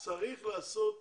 אז אני אומר, צריך לעשות היום,